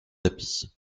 tapis